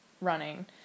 running